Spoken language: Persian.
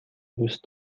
دوست